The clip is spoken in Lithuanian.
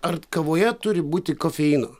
ar kavoje turi būti kofeino